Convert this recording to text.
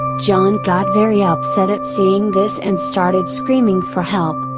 john got very upset at seeing this and started screaming for help.